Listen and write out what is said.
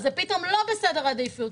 אז זה פתאום לא בסדר עדיפות.